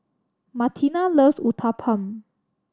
Martina loves Uthapam